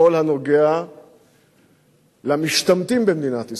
בכל הנוגע למשתמטים במדינת ישראל,